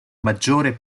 maggiore